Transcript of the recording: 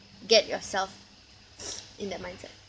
get yourself in that mindset